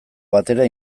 batera